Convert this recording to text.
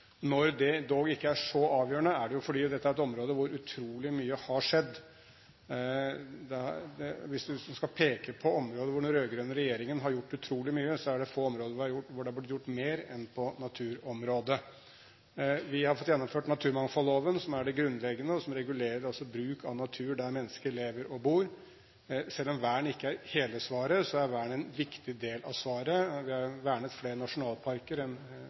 Når det dog ikke er så avgjørende, er det fordi dette er et område hvor utrolig mye har skjedd. Hvis man skal peke på områder hvor den rød-grønne regjeringen har gjort utrolig mye, er det få områder hvor det er blitt gjort mer enn på naturområdet. Vi har fått gjennomført naturmangfoldloven, som er det grunnleggende, og som regulerer bruken av natur der mennesker lever og bor. Selv om vern ikke er hele svaret, er vern en viktig del av svaret. Vi har vernet flere nasjonalparker